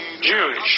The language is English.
Jewish